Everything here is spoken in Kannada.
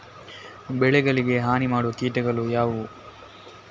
ಬೆಳೆಗಳಿಗೆ ಹಾನಿ ಮಾಡುವ ಕೀಟಗಳು ಯಾವುವು?